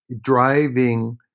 driving